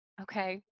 Okay